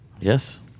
Yes